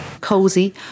Cozy